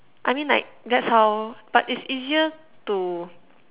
I mean like that's how but it's easier to